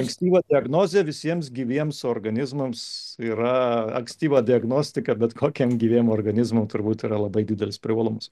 ankstyva diagnozė visiems gyviems organizmams yra ankstyva diagnostika bet kokiem gyviem organizmam turbūt yra labai didelis privalumas